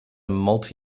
multi